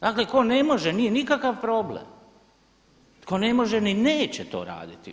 Dakle tko ne može nije nikakav problem, tko ne može ni neće to raditi.